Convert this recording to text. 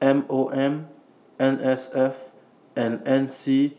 M O M N S F and N C